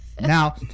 Now